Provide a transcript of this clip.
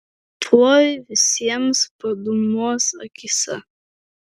tuoj visiems padūmuos akyse